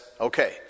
okay